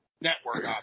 Network